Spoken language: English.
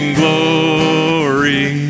glory